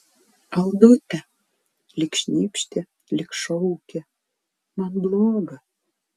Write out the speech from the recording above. aldute lyg šnypštė lyg šaukė man bloga